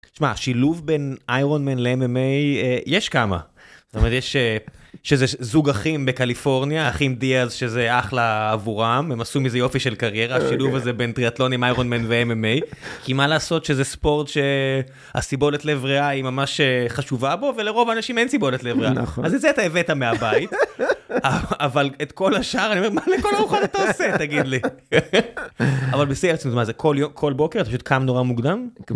שמע השילוב בין איירון מן לmma יש כמה יש שזה זוג אחים בקליפורניה אחים דיאז שזה אחלה עבורם הם עשו מזה יופי של קריירה שילוב הזה בין טריאטלון עם איירון מן וmma, מה לעשות שזה ספורט שהסיבולת לב ריאה היא ממש חשובה בו ולרוב האנשים אין סיבולת לב ריאה נכון אז את זה אתה הבאת מהבית אבל את כל השאר, אני אומר מה לכל הרוחות את עושה, תגיד לי. אבל בשיא הרצינות כל יום כל בוקר את קם נורא מוקדם.